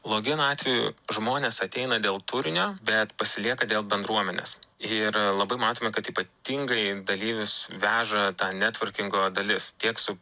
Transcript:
login atveju žmonės ateina dėl turinio bet pasilieka dėl bendruomenės ir labai matome kad ypatingai dalyvius veža ta netvorkingo dalis tiek su